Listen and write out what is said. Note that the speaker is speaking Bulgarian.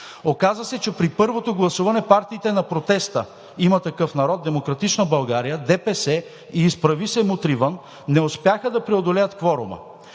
Оказа се, че при първото гласуване партиите на протеста „Има такъв народ“, „Демократична България“, ДПС и „Изправи се! Мутри вън!“ не успяха да преодолеят кворума.